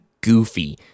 goofy